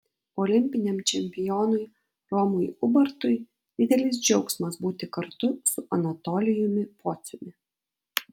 olimpiniam čempionui romui ubartui didelis džiaugsmas būti kartu su anatolijumi pociumi